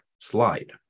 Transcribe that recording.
slide